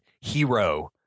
Hero